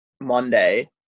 Monday